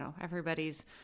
everybody's